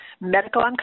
Medical